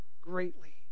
greatly